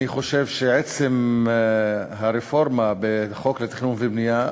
אני חושב שעצם הרפורמה בחוק התכנון והבנייה,